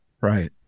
Right